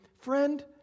friend